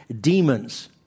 demons